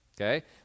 okay